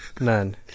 None